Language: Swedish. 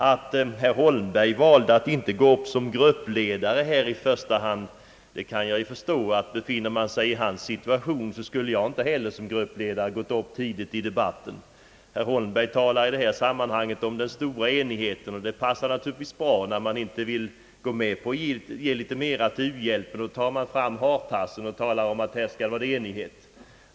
Att herr Holmberg valde att inte gå upp som gruppledare i första hand, kan jag förstå. I hans situation skulle jag inte heller som gruppledare ha gått upp tidigt i debatten. Herr Holmberg talar i detta sammanhang om den stora enigheten, och det passar naturligtvis bra. När man inte vill vara med om att ge litet mer till u-hjälpen, tar man fram hartassen och talar om att här skall det vara enighet.